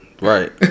Right